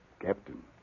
Captain